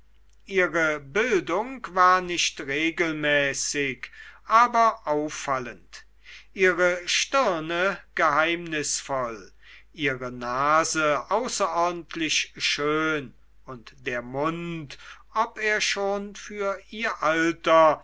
ihre bildung war nicht regelmäßig aber auffallend ihre stirne geheimnisvoll ihre nase außerordentlich schön und der mund ob er schon für ihr alter